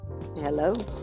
hello